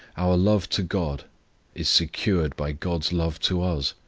our love to god is secured by god's love to us.